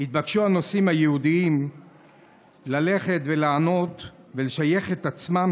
התבקשו הנוסעים היהודים לענות ולשייך את עצמם